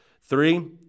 Three